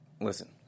Listen